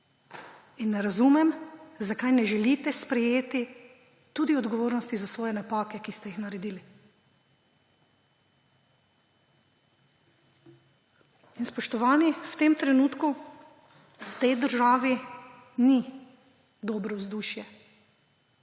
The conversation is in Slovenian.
In ne razumem, zakaj ne želite sprejeti tudi odgovornosti za svoje napake, ki ste jih naredili. Spoštovani, v tem trenutku v tej državi ni dobro vzdušje.